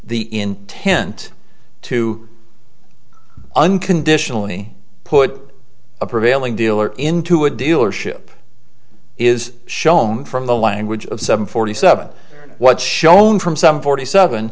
the intent to unconditionally put a prevailing dealer into a dealership is shown from the language of some forty seven what shown from some forty seven